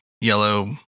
yellow